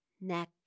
neck